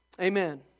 Amen